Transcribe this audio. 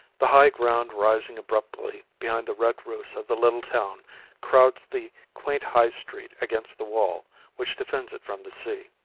the high ground rising abruptly behind the red roofs of the little town crowds the quaint high street against the wall which defends it from the sea.